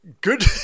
Good